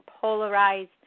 polarized